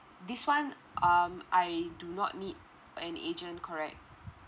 this one um I do not need an agent correct